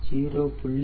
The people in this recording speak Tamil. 5 0